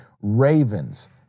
Ravens